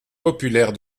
populaire